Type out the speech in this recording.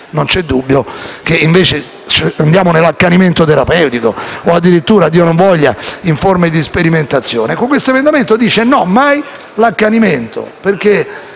non c'è dubbio che entriamo nell'accanimento terapeutico o addirittura, Dio non voglia, in forme di sperimentazione. Questo emendamento dice di non ricorrere mai all'accanimento,